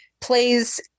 plays